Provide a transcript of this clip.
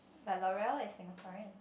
but L'oreal is Singaporean